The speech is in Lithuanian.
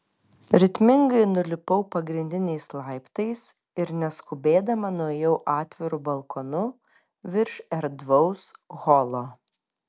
ritmingai nulipau pagrindiniais laiptais ir neskubėdama nuėjau atviru balkonu virš erdvaus holo